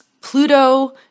Pluto